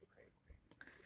不可以不可以